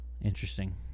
Interesting